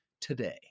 today